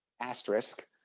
asterisk